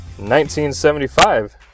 1975